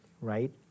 Right